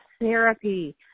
therapy